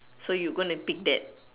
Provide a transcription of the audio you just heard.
so you gonna pick that